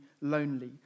lonely